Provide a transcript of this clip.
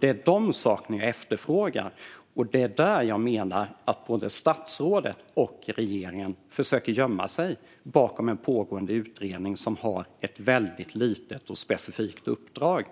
Det är de sakerna jag efterfrågar, och det är där jag menar att statsrådet och regeringen försöker gömma sig bakom en pågående utredning som har ett väldigt litet och specifikt uppdrag.